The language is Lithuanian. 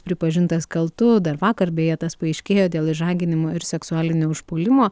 pripažintas kaltu dar vakar beje tas paaiškėjo dėl išžaginimo ir seksualinio užpuolimo